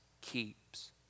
keeps